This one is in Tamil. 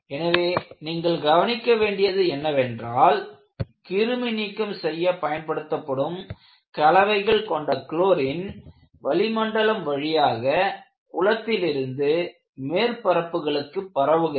எனவே நீங்கள் கவனிக்க வேண்டியது என்னவென்றால் கிருமி நீக்கம் செய்யப் பயன்படுத்தப்படும் கலவைகளைக் கொண்ட குளோரின் வளிமண்டலம் வழியாக குளத்திலிருந்து மேற்பரப்புகளுக்கு பரவுகிறது